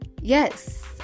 Yes